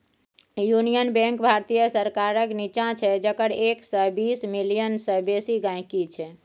union bank भारतीय सरकारक निच्चां छै जकर एक सय बीस मिलियन सय बेसी गांहिकी छै